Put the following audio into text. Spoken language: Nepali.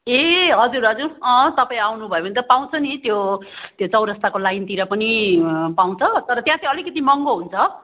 ए हजुर हजुर अँ तपाईँ अउनुभयो भने त पाउँछ नि त्यो त्यो चौरस्ताको लाइनतिर पनि पाउँछ तर त्यहाँ चाहिँ अलिकति महँगो हुन्छ